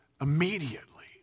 immediately